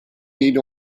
need